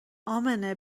امنه